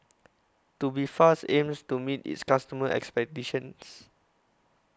Tubifast aims to meet its customers' expectations